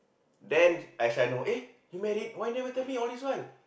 then Aisyah know eh you married why never tell me all these while